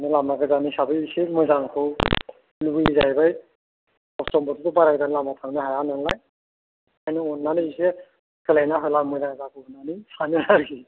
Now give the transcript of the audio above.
लामा गोजान हिसाबै एसे मोजांखौ लुबैयो जाहैबाय खस्थ' बारा लामा गोजान थांनो हाया नालाय ओंखायनो अन्नानै एसे सोलायना होब्ला मोजां जागौमोन होन्नानै सानो आरोखि